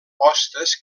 hostes